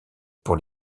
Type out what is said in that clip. pour